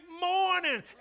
morning